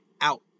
out